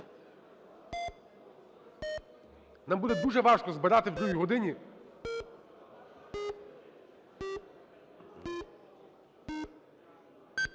Нам буде дуже важко збирати в другій годині.